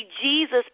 Jesus